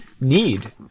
need